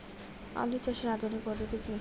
আলু চাষের আধুনিক পদ্ধতি কি?